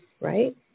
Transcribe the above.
right